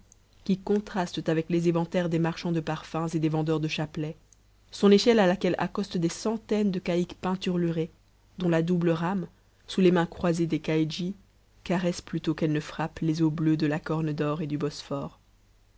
qui contrastent avec les éventaires des marchands de parfums et des vendeurs de chapelets son échelle à laquelle accostent des centaines de caïques peinturlurés dont la double rame sous les mains croisées des caïdjis caressent plutôt qu'elles ne frappent les eaux bleues de la corne dor et du bosphore